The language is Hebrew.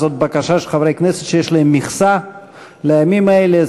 זאת בקשה של חברי כנסת שיש להם מכסה לימים האלה.